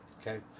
okay